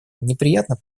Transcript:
неприятно